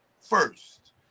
first